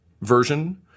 version